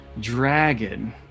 dragon